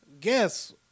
Guess